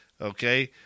okay